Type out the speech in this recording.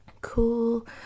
Cool